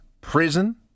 prison